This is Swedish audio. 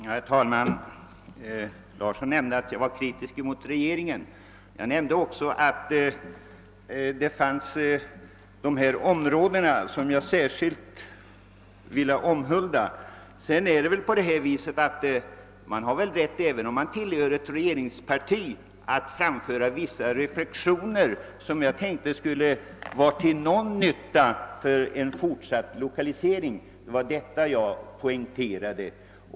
Herr talman! Herr Larsson i Umeå sade att jag var kritisk mot regeringen, och det är riktigt att jag nämnde några områden som jag särskilt vill omhulda. Men även om man tillhör regeringspartiet har man väl rätt att göra personliga reflexioner, och jag tänkte att mina reflexioner kunde vara till nytta i den fortsatta lokaliseringspolitiken. Det var vad jag poängterade.